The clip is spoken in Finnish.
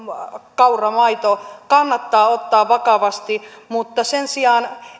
kauramaito kannattaa ottaa vakavasti mutta sen sijaan